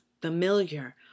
familiar